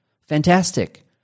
Fantastic